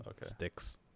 sticks